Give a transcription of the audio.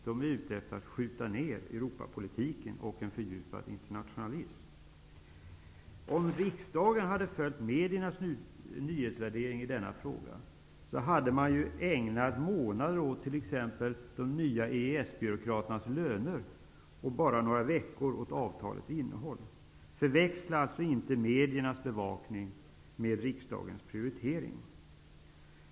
De är ute efter att skjuta ned Europapolitiken och en fördjupad internationalism. Om riksdagen hade följt mediernas nyhetsvärdering i denna fråga, skulle vi ha ägnat månader åt t.ex. de nya EES-byråkraternas löner, och bara några veckor åt avtalets innehåll. Förväxla alltså inte mediernas bevakning med riksdagens prioritering.